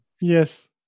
Yes